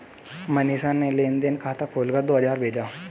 मनीषा ने लेन देन खाता खोलकर दो हजार भेजा